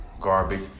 garbage